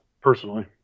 personally